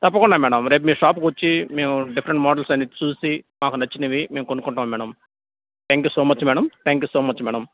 తప్పకుండా మేడమ్ రేపు మీ షాపుకి వచ్చి మేము డిఫరెంట్ మోడల్స్ అన్నీ చూసి మాకు నచ్చినవి మేము కొనుక్కుంటాము madam thank you so much madam thank you so much madam